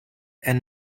and